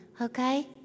Okay